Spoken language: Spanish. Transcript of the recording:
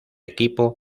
equipo